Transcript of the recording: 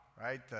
right